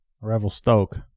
Revelstoke